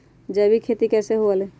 जैविक खेती कैसे हुआ लाई?